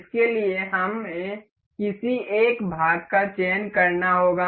इसके लिए हमें किसी एक भाग का चयन करना होगा